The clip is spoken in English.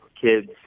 kids